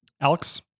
Alex